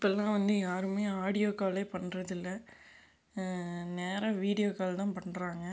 இப்போல்லாம் வந்து யாருமே ஆடியோ காலே பண்றது இல்லை நேராக வீடியோ கால் தான் பண்றாங்க